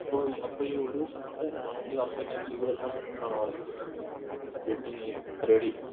അപ്പോൾ ഈ അപ്പം ഈ ഒരു ദിവസം കൊണ്ടുതന്നെ നമുക്ക് ഈ വർക്ക് എല്ലാം ചെയ്തുതീർക്കാൻ പറ്റും എന്നാണോ പറയുന്നത് വെഡ്ഡിങ്ങ് ഈ പരിപാടിയേ